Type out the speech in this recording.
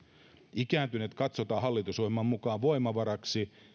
ikääntyneet katsotaan hallitusohjelman mukaan voimavaraksi